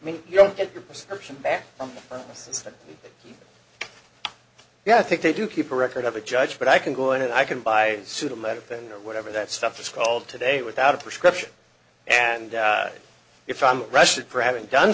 mean you don't get your prescription back on them yeah i think they do keep a record of a judge but i can go in and i can buy pseudo medical or whatever that stuff is called today without a prescription and if i'm rushed for having done